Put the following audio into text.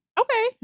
Okay